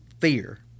fear